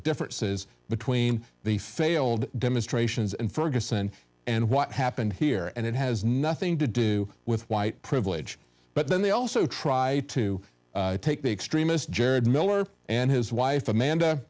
differences between the failed demonstrations and ferguson and what happened here and it has nothing to do with white privilege but then they also try to take the extremist jerad miller and his wife amanda